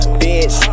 bitch